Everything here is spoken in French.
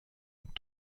autre